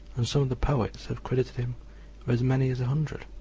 and some of the poets have credited him with as many as a hundred.